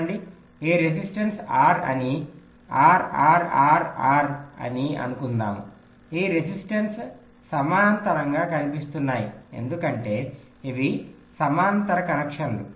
చూడండి ఈ resistance R అని R R R R అని అనుకుందాము ఈ రెసిస్టన్స్ సమనంతరంగా కనిపిస్తున్నాయి ఎందుకంటే ఇవి సమనంతర కనెక్షన్లు